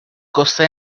costa